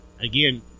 Again